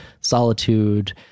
solitude